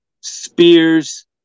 spears